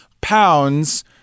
pounds